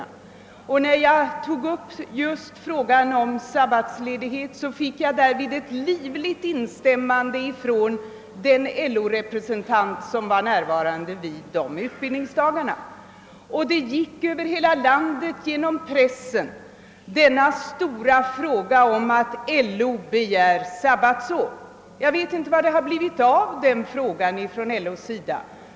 När jag tog upp frågan om sabbatsle dighet fick jag ett livligt instämmande från den LO-representant som var närvarande vid dessa utbildningsdagar. Tidningar över hela landet skrev om denna stora fråga att LO begär sabbatsår. Jag vet inte vad det har blivit av den frågan för LO:s del.